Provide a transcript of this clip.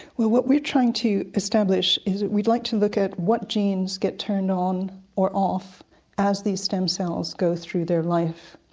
well what we're trying to establish is that we'd like to look at what genes get turned on or off as these stem cells go through their life,